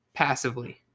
Passively